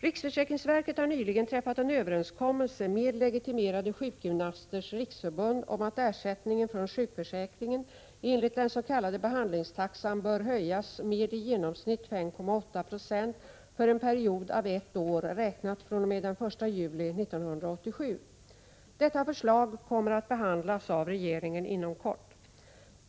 Riksförsäkringsverket har nyligen träffat en överenskommelse med Legitimerade Sjukgymnasters Riksförbund om att ersättningen från sjukförsäkringen enligt den s.k. behandlingstaxan bör höjas med i genomsnitt 5,8 90 för en period av ett år räknat fr.o.m. den 1 juli 1987. Detta förslag kommer att behandlas av regeringen inom kort.